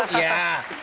yeah!